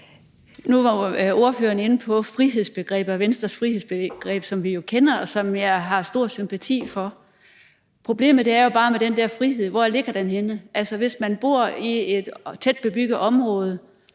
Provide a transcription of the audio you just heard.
Nu var ordføreren inde på frihedsbegrebet og Venstres frihedsbegreb, som vi jo kender, og som jeg har stor sympati for. Der er jo bare et problem med den der frihed, i forhold til hvor den ligger henne. Altså, hvis man bor i et tæt bebygget område